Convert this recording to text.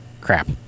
Crap